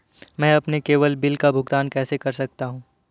मैं अपने केवल बिल का भुगतान कैसे कर सकता हूँ?